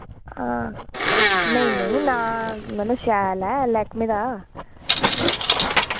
हां नेईं नेईं ना मतलब शैल ऐ लैक्मे दा